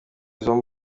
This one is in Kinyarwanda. izo